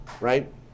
Right